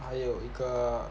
还有一个